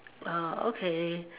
uh okay